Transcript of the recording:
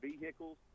vehicles